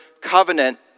covenant